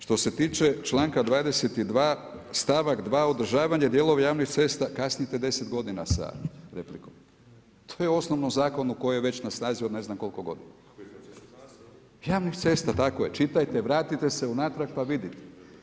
Što se tiče članka 22. stavak 2. održavanje dijelova javnih cesta, kasnite deset godina sa replikom, to je u osnovnom zakonu koji je već na snazi ne znam koliko godina, javnih cesta tako je, čitajte vratite se unatrag pa vidite.